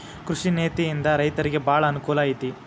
ಕೃಷಿ ನೇತಿಯಿಂದ ರೈತರಿಗೆ ಬಾಳ ಅನಕೂಲ ಐತಿ